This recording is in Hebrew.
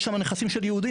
יש שם נכסים של יהודים,